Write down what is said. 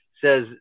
says